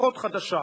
אחות חדשה,